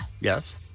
yes